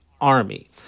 army